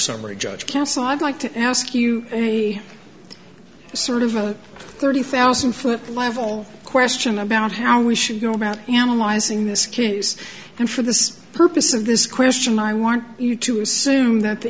summary judge castle i'd like to ask you a sort of a thirty thousand foot level question about how we should go about analyzing this case and for this purpose of this question i want you to assume that the